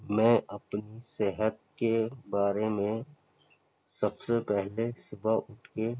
میں اپنی صحت کے بارے میں سب سے پہلے صبح اٹھ کے